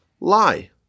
lie